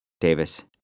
Davis